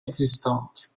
existantes